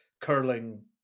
curling